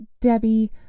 Debbie